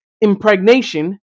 impregnation